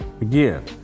Again